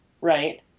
Right